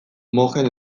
mojen